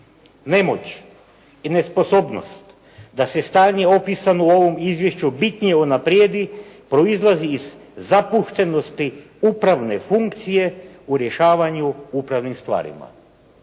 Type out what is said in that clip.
Nemoć i nesposobnost da se stanje opisano u ovom izvješću bitnije unaprijedi proizlazi iz zapuštenosti upravne funkcije u rješavanju upravnim stvarima.